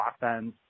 offense